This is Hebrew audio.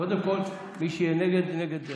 קודם כול, מי שיהיה נגד נגד